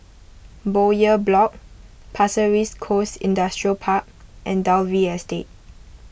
Bowyer Block Pasir Ris Coast Industrial Park and Dalvey Estate